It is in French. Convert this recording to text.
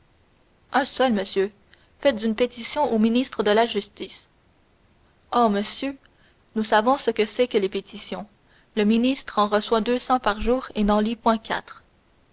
un seul monsieur faites une pétition au ministre de la justice oh monsieur nous savons ce que c'est que les pétitions le ministre en reçoit deux cents par jour et n'en lit point quatre